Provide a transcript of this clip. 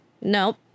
Nope